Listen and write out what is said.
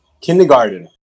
kindergarten